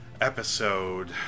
episode